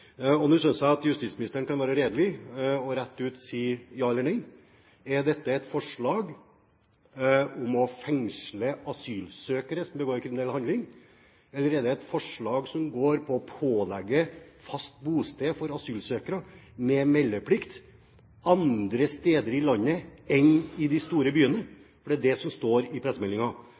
Nå synes jeg justisministeren kan være redelig og si rett ut ja eller nei. Er dette et forslag om å fengsle asylsøkere som begår en kriminell handling, eller er det et forslag som går på å pålegge asylsøkere fast bosted med meldeplikt andre steder i landet enn i de store byene, for det er det som står i